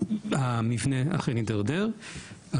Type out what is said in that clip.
המבנה אכן הידרדר,